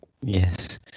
Yes